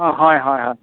অঁ হয় হয় হয়